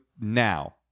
now